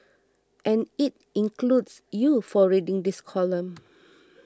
and it includes you for reading this column